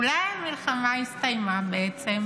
אולי המלחמה הסתיימה בעצם?